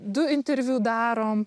du interviu darom